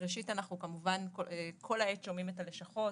אנחנו כמובן כל העת שומעים את הלשכות,